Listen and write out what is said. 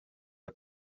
jag